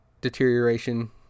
deterioration